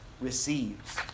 receives